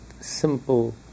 simple